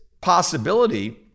possibility